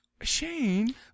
Shane